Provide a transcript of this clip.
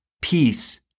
peace